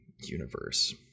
universe